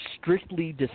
strictly